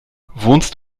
wohnst